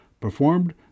performed